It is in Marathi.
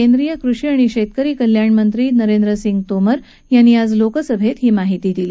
केंद्रीय कृषी आणि शेतकरी कल्याण मंत्री नरेंद्र सिंह तोमर यांनी आज लोकसभेत ही माहिती दिली